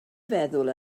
feddwl